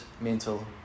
mental